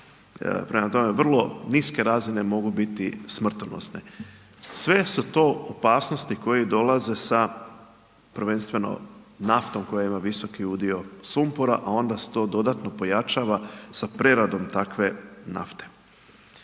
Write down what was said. Prema tome, vrlo niske razine mogu biti smrtonosne. Sve su to opasnosti koje dolaze sa, prvenstveno naftom koja ima visoki udio sumpora, a onda se to dodatno pojačava sa preradom takve nafte.